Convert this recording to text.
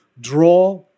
draw